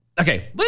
okay